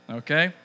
okay